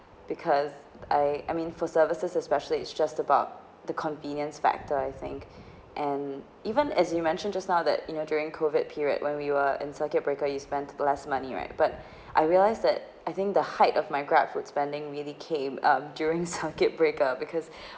because I I mean for services especially it's just about the convenience factor I think and even as you mentioned just now that you know during COVID period when we were in circuit breaker you spend less money right but I realise that I think the height of my GrabFood spending really came um during circuit breaker because